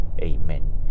Amen